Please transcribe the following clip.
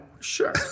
Sure